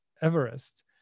Everest